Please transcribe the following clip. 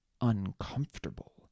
uncomfortable